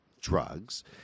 drugs